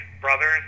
brothers